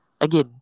again